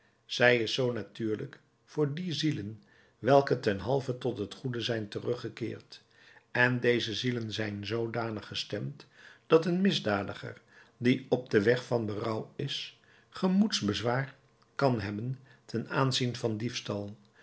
zij is zoo natuurlijk voor die zielen welke ten halve tot het goede zijn teruggekeerd en deze zielen zijn zoodanig gestemd dat een misdadiger die op den weg van berouw is gemoedsbezwaar kan hebben ten aanzien van diefstal